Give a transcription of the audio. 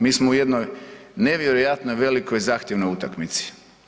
Mi smo u jednoj nevjerojatno velikoj zahtjevnoj utakmici.